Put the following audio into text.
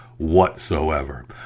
Whatsoever